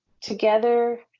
together